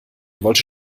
wollte